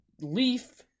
Leaf